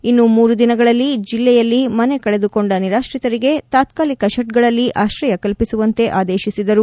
ಇನ್ನು ಮೂರು ದಿನಗಳಲ್ಲಿ ಜಿಲ್ಲೆಯಲ್ಲಿ ಮನೆ ಕಳೆದುಕೊಂಡ ನಿರಾತ್ರಿತರಿಗೆ ತಾತ್ಕಾಲಿಕ ಶೆಡ್ಗಳಲ್ಲಿ ಆಶ್ರಯ ಕಲ್ಪಿಸುವಂತೆ ಆದೇಶಿಸಿದರು